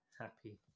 happy